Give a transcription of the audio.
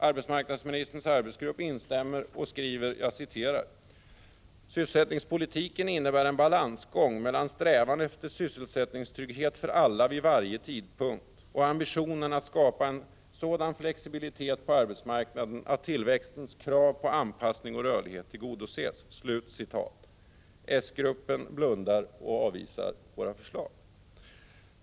Arbetsmarknadsministerns arbetsgrupp instämmer och skriver: ”Sysselsättningspolitiken innebär en balansgång mellan strävan efter sysselsättningstrygghet för alla vid varje tidpunkt och ambitionen att skapa en sådan flexibilitet på arbetsmarknaden att tillväxtens krav på anpassning och rörlighet tillgodoses.” S-gruppen blundar och avvisar våra förslag.